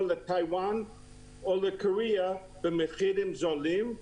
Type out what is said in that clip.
לטאיוואן או לקוריאה במחירים זולים.